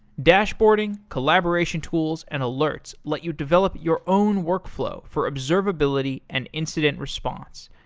dashboarding, collaboration tools, and alerts let you develop your own workflow for observability and incident response.